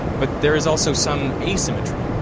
but there is also some asymmetry.